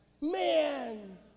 Man